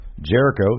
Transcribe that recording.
Jericho